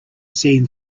seen